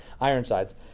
Ironsides